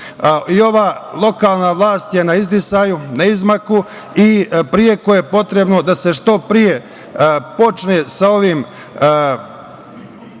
lokalna vlast je na izdisaju, na izmaku, i preko je potrebno da se što pre počne sa ovim